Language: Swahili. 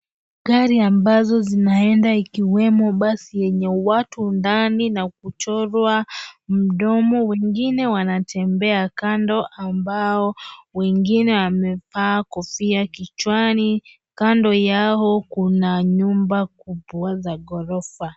Gari ambazo zinaenda ikiwemo basi yenye watu ndani na kuchorwa mdomo. Wengine wanatembea kando ambao wengine wamevaa kofia kichwani. Kando yao kuna nyumba kubwa za ghorofa.